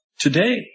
today